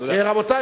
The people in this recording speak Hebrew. רבותי,